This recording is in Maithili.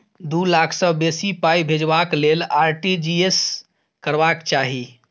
दु लाख सँ बेसी पाइ भेजबाक लेल आर.टी.जी एस करबाक चाही